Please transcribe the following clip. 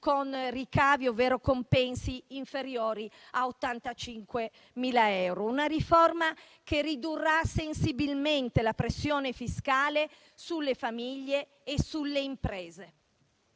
con ricavi ovvero compensi inferiori a 85.000 euro. Una riforma che ridurrà sensibilmente la pressione fiscale sulle famiglie e sulle imprese;